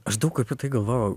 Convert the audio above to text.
aš daug apie tai galvojau